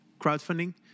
crowdfunding